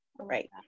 Right